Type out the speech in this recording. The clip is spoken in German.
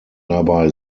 dabei